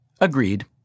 Agreed